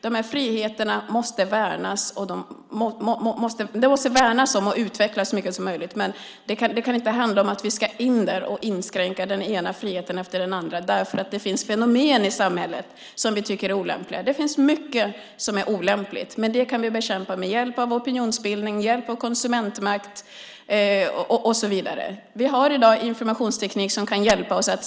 De här friheterna måste värnas och utvecklas så mycket som möjligt, men det kan inte handla om att vi ska in och inskränka den ena friheten efter den andra därför att det finns fenomen i samhället som vi tycker är olämpliga. Det finns mycket som är olämpligt, men det kan vi bekämpa med hjälp av opinionsbildning, konsumentmakt och så vidare. Vi har i dag informationsteknik som kan hjälpa oss.